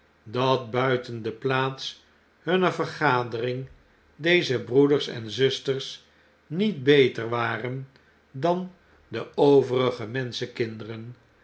dat buiten de plaats hunner vergadering deze broeders en zusters niet beter waren dan de overige